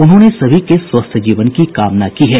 उन्होंने सभी के स्वस्थ जीवन की कामना की है